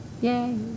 Yay